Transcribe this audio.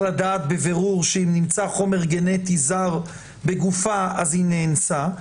לדעת בבירור שאם נמצא חומר גנטי זר בגופה אז היא נאנסה,